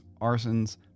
arsons